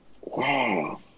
Wow